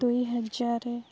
ଦୁଇହଜାର